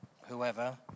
whoever